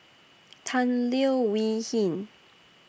Tan Leo Wee Hin